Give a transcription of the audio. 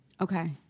Okay